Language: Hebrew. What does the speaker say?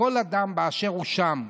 וכל אדם באשר הוא שם.